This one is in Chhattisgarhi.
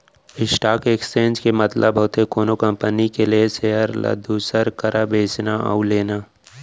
स्टॉक एक्सचेंज के मतलब होथे कोनो कंपनी के लेय सेयर ल दूसर करा बेचना अउ लेना